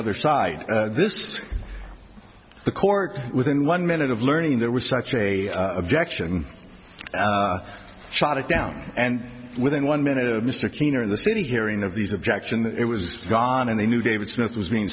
other side this the court within one minute of learning there was such a objection shot it down and within one minute mr keener in the city hearing of these objection that it was gone and they knew david smith was being